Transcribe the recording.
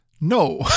No